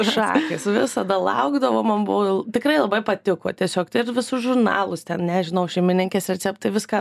šakės visada laukdavau man buvo tikrai labai patiko tiesiog tai ir visus žurnalus ten nežinau šeimininkės receptai viską